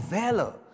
valor